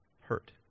Hurt